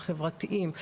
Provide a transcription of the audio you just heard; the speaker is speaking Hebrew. החברתיים.